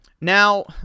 now